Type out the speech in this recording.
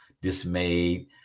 dismayed